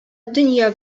дөнья